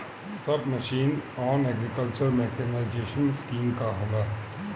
सब mission on agriculture mechanization scheme का होला?